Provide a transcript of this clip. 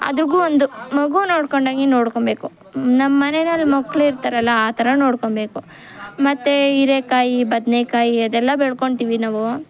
ಅದ್ರಾಗೂ ಒಂದು ಮಗು ನೋಡ್ಕೊಂಡಂಗೆ ನೋಡ್ಕೊಳ್ಬೇಕು ನಮ್ಮನೆಯಲ್ಲಿ ಮಕ್ಕಳು ಇರ್ತಾರಲ್ಲ ಆ ಥರ ನೋಡ್ಕೊಳ್ಬೇಕು ಮತ್ತೆ ಹೀರೆಕಾಯಿ ಬದನೇಕಾಯಿ ಅದೆಲ್ಲ ಬೆಳ್ಕೊಳ್ತೀವಿ ನಾವು